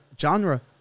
genre